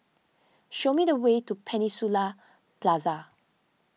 show me the way to Peninsula Plaza